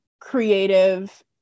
creative